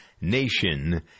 Nation